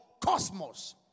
cosmos